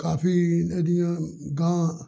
ਕਾਫੀ ਇਹਦੀਆਂ ਗਾਂਹ